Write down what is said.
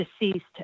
deceased